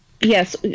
Yes